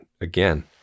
again